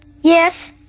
yes